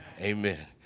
Amen